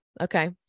Okay